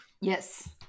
Yes